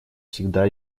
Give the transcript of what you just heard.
всегда